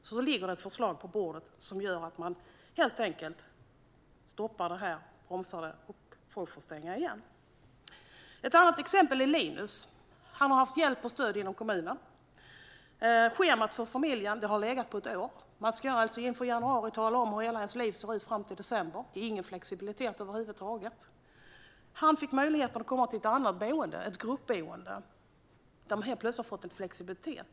Men nu ligger det ett förslag på bordet som helt enkelt stoppar det här, som bromsar det så att folk får stänga ned. Ett annat exempel är Linus. Han har haft hjälp och stöd inom kommunen. Schemat för familjen har legat på ett år. Man ska alltså inför januari tala om hur ens liv ska se ut fram till december. Det finns ingen flexibilitet över huvud taget. Linus fick möjlighet att komma till ett gruppboende. Helt plötsligt har man fått flexibilitet.